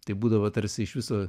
tai būdavo tarsi iš viso